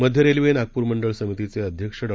मध्य रेल्वे नागपूर मंडळ समितीचे अध्यक्ष डॉ